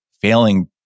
failing